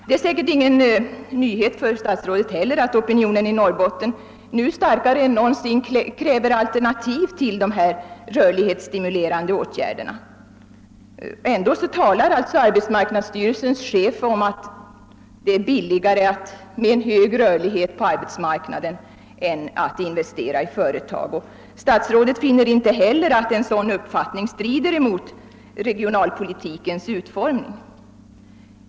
Det är säkert ingen nyhet för statsrådet att opinionen i Norrbotten nu starkare än någonsin kräver alternativ till de rörlighetsstimulerande åtgärderna. Ändå talar alltså arbetsmarknadsstyrelsens chef om att det är billigare med en hög rörlighet hos arbetskraften än att investera i företag. Statsrådet finner inte heller att en sådan uppfattning strider mot regionalpolitikens utformning.